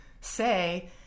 say